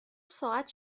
ساعت